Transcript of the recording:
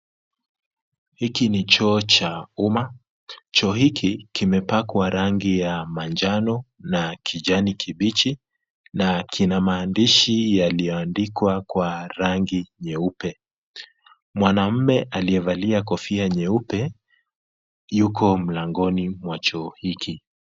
Hiki ni choo cha umma. Choo hiki kimepakwa rangi ya manjano na kijani kibichi na kina maandishi yaliyoandikwa kwa rangi nyeupe. Mwanamume aliyevalia kofia nyeupe, yuko mlangoni mwa choo hiki.